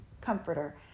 comforter